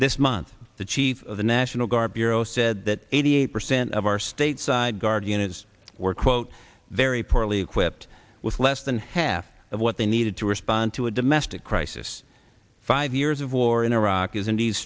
this month the chief of the national guard bureau said that eighty eight percent of our stateside guard units were quote very poorly equipped with less than half of what they needed to respond to a domestic crisis five years of war in iraq is indeed